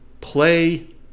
Play